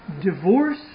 divorce